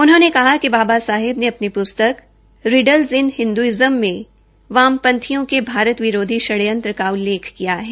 उन्होंने कहा कि बाबा साहेब ने अपनी प्स्तक रेडीकल्स इन हिन्दूज़िम में वामपंथयिों के भारत विरोधी षडयंत्र का उल्लेख किया है